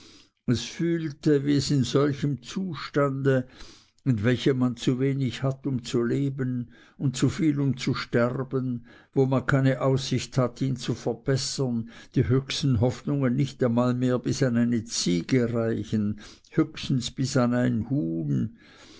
es fühlte wie es in solchem zustande in welchem man zu wenig hat um zu leben und zu viel um zu sterben wo man keine aussicht hat ihn zu verbessern die höchsten hoffnungen nicht einmal mehr bis an eine ziege reichen höchstens bis an ein huhn